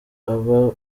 aba